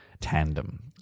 tandem